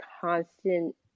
constant